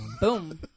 Boom